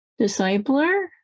discipler